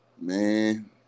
Man